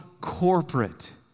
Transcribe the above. corporate